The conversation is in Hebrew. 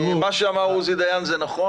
מה שאמר עוזי דיין זה נכון,